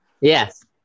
Yes